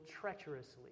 treacherously